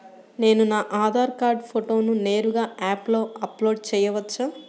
నేను నా ఆధార్ కార్డ్ ఫోటోను నేరుగా యాప్లో అప్లోడ్ చేయవచ్చా?